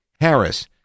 Harris